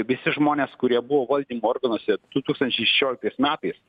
visi žmonės kurie buvo valdymo organuose du tūkstančiai šešioliktas metais